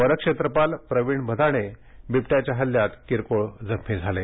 वनक्षेत्रपाल प्रवीण भदाणे बिबट्याच्या हल्ल्यात किरकोळ जखमी झाले आहेत